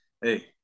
hey